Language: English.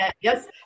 Yes